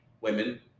women